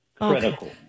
critical